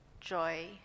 joy